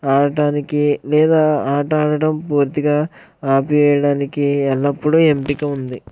ఆడటానికి లేదా ఆట ఆడటం పూర్తిగా ఆపివేయడానికి ఎల్లప్పుడూ ఎంపిక ఉంది